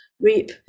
reap